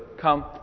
come